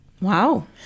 Wow